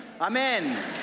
amen